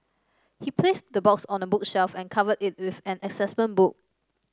he placed the box on a bookshelf and covered it with an assessment book